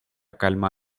calma